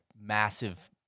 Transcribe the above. massive